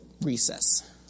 recess